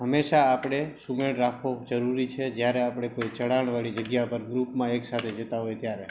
હંમેશા આપણે સુમેળ રાખવો જરૂરી છે જયારે આપણે કોઈ ચઢાણવાળી જગ્યાઓ પર ગ્રૂપમાં એક સાથે જતાં હોય ત્યારે